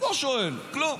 לא שואל, כלום.